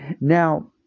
Now